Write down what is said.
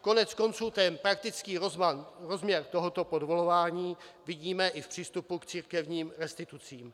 Koneckonců ten praktický rozměr tohoto podvolování vidíme i v přístupu k církevním restitucím.